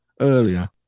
Earlier